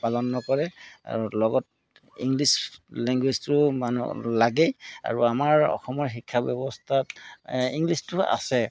পালন নকৰে আৰু লগত ইংলিছ লেংগুৱেজটোও মানুহ লাগে আৰু আমাৰ অসমৰ শিক্ষা ব্যৱস্থাত ইংলিছটো আছে